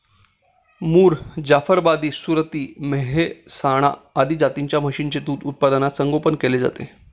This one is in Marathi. मुर, जाफराबादी, सुरती, मेहसाणा आदी जातींच्या म्हशींचे दूध उत्पादनात संगोपन केले जाते